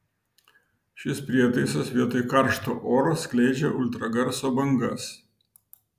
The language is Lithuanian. šis prietaisas vietoj karšto oro skleidžia ultragarso bangas